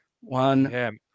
One